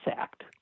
Act